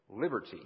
liberty